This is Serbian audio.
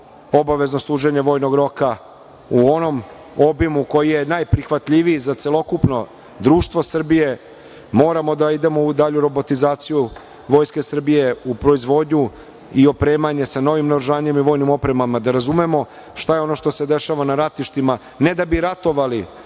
obavezno služenje vojnog roka u onom obimu koji je najprihvatljiviji za celokupno društvo Srbije. Moramo da idemo u dalju robotizaciju Vojske Srbije, u proizvodnju i opremanje sa novim naoružanjem i vojnim opremama, da razumemo šta je ono što se dešava na ratištima ne da bi ratovali,